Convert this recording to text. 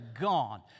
gone